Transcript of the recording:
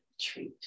treat